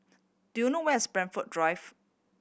do you know where is Blandford Drive